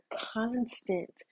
constant